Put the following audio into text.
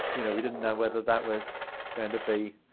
you know, we didn't know whether that was going to be,